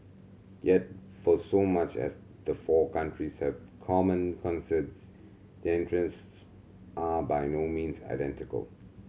yet for so much as the four countries have common concerns their interests are by no means identical